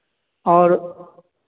और